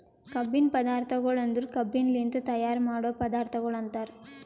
ಕಬ್ಬಿನ ಪದಾರ್ಥಗೊಳ್ ಅಂದುರ್ ಕಬ್ಬಿನಲಿಂತ್ ತೈಯಾರ್ ಮಾಡೋ ಪದಾರ್ಥಗೊಳ್ ಅಂತರ್